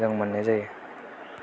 जों मोननाय जायो